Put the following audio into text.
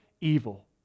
evil